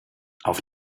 auf